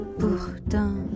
pourtant